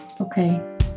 Okay